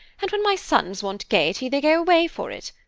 and when my sons want gaiety, they go away for it.